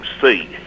see